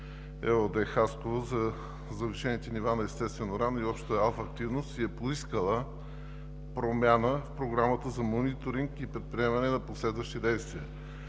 ЕООД – Хасково, за завишените нива на естествен уран и общата алфа активност и е поискала промяна в Програмата за мониторинг и предприемане на последващи действия.